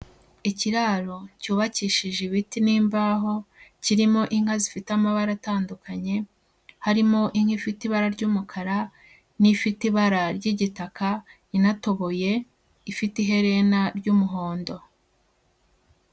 Ikiraro cyubakishije ibiti n'imbaho kirimo inka zifite amabara atandukanye, harimo inka ifite ibara ry'umukara n'ifite ibara ry'igitaka, inatoboye ifite iherena ry'umuhondo.